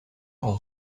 ont